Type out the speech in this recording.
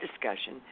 discussion